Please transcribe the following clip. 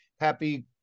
Happy